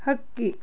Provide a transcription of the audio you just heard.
ಹಕ್ಕಿ